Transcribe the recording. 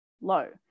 low